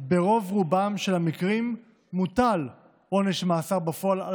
ברוב-רובם של המקרים מוטל עונש מאסר בפועל על